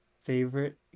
favorite